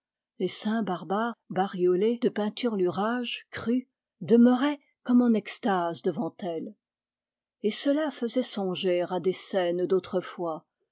les saints barbares bariolés de peinturlurâmes crus demeuraient comme en extase devant elle et cela faisait songer à des scènes d'autrefois